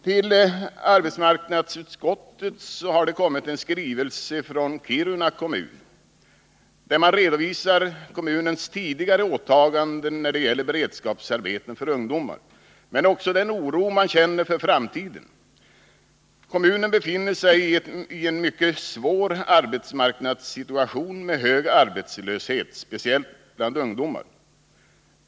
Till arbetsmarknadsutskottet har kommit en skrivelse från Kiruna kommun, där man redovisar kommunens tidigare åtaganden när det gäller beredskapsarbeten för ungdomar men också den oro man känner för framtiden. Kommunen befinner sig i en mycket svår arbetsmarknadssituation med hög arbetslöshet, speciellt bland ungdomar.